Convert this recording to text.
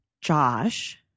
Josh